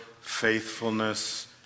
faithfulness